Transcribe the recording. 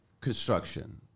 construction